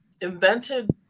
invented